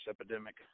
epidemic